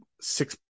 six